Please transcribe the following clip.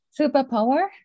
Superpower